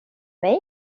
mig